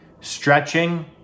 stretching